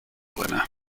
winner